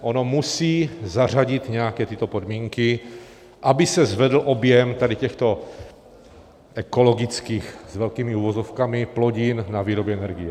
Ono musí zařadit nějaké tyto podmínky, aby se zvedl objem tady těchto ekologických s velkými uvozovkami plodin na výrobu energie.